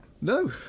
No